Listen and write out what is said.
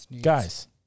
guys